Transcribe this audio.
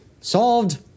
solved